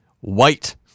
white